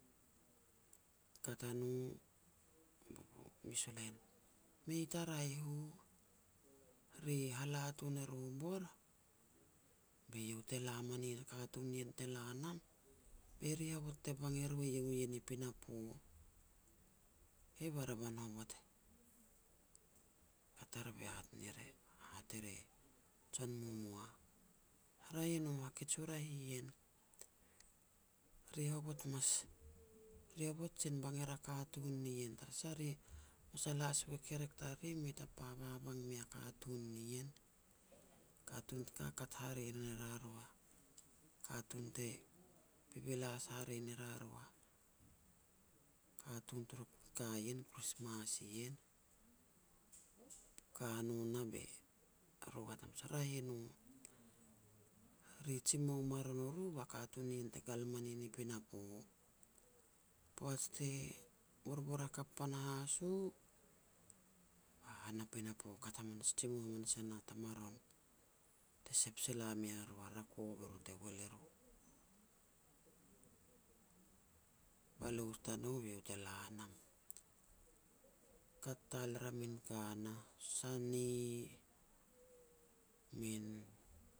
Kat a no, mes u lain, "mei ta raeh u. Ri hala tun e ru bor, be iau te la manin a katun nien te la nam, be ri hovot te bang eru iau ien i pinapo." Kei ba revan hovot e kat ar be hat ner hat er e jon momoa. "Raeh e no hakej u raeh ien. Ri hovot mas, ri hovot jin bang er a katun nien, tara sah ri, masal has u kekerek tariri mei ta bababang mea katun nien, katun te kakat hare ne ria ru a katun te bibilas hare ne ria ru a katun turu ka ien, Krismas ien." Ka no nah, be ru e hat hamas ar, "raeh e no, ri e jimou maron o ro ba katun nien te ngal manin i pinapo." Poaj ti borbor hakap panahas u, a han a pinapo kat hamanas, jimou hamas e na ta maron, te sep sila mia ru a rako, be ru te hol er u, balus tanou be la nam. Kat tal er a min ka nah, sani, min